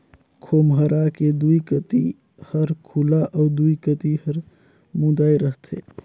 खोम्हरा के दुई कती हर खुल्ला अउ दुई कती हर मुदाए रहथे